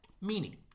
Meaning